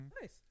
Nice